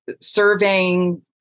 surveying